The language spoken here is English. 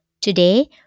Today